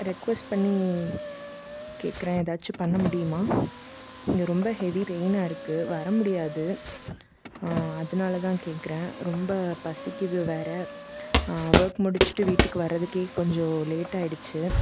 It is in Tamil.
ரெக்குவெஸ்ட் பண்ணி வே கேட்குறேன் எதாச்சும் பண்ண முடியுமா இங்கே ரொம்ப ஹெவி ரெயினாக இருக்குது வர முடியாது அதனால தான் கேட்குறேன் ரொம்ப பசிக்கிறது வேறு வொர்க் முடித்துட்டு வீட்டுக்கு வர்றதுக்கே கொஞ்சம் லேட் ஆகிடிச்சு